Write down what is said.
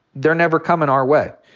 they're never comin' our way.